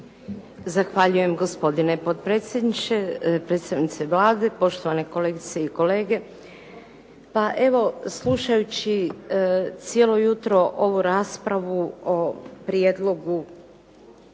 Zahvaljujem gospodine potpredsjedniče, predstavnici Vlade, poštovane kolegice i kolege. Pa evo slušajući cijelo jutro ovu raspravu o prijedlogu